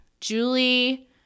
Julie